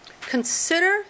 Consider